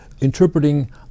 interpreting